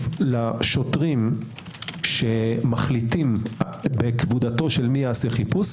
לשוטרים שמחליטים בכבודתו של מי ייעשה חיפוש,